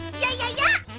yeah yeah yeah